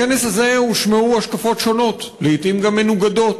בכנס הזה הושמעו השקפות שונות, לעתים גם מנוגדות,